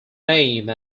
name